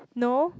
no